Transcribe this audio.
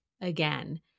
again